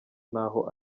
ntaho